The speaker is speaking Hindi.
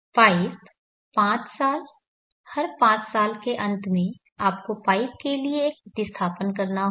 पाइप पांच साल हर पांच साल के अंत में आपको पाइप के लिए एक प्रतिस्थापन करना होगा